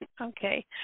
Okay